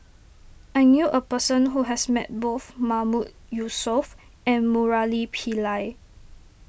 I knew a person who has met both Mahmood Yusof and Murali Pillai